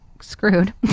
screwed